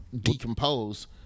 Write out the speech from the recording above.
decompose